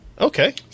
Okay